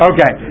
Okay